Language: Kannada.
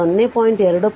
2 0